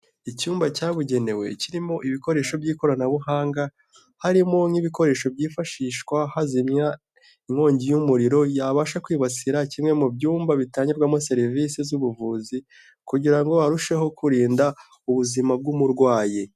Icyumba cyabugenewe kirimo ibikoresho by'ikoranabuhanga, harimo nk'ibikoresho byifashishwa hazimywa inkongi y'umuriro yabasha kwibasira kimwe mu byumba bitangirwamo serivisi z'ubuvuzi, kugira ngo barusheho kurinda ubuzima bw'umurwayi.